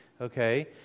okay